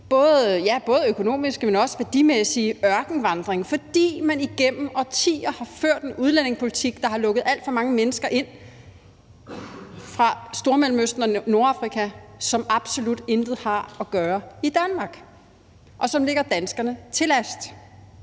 både økonomiske, men også værdimæssige ørkenvandring, fordi man igennem årtier harført en udlændingepolitik, der har lukket alt for mange mennesker ind fra Stormellemøsten og Nordafrika, som absolut intet har at gøre i Danmark, og som ligger danskerne til last.